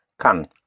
kann